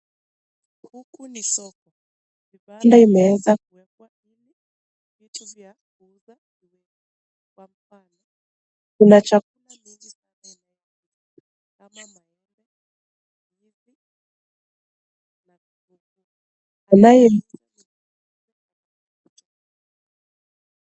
Huku ni soko vivaa vimewka Kwa jinzi ya kuuza Kwa mfano unachakua ambazo unataka kununua.